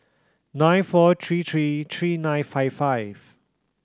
nine four three three three nine five five